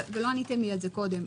ולא עניתם לי על זה קודם,